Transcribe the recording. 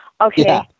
Okay